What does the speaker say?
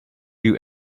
you